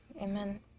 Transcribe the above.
Amen